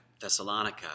Thessalonica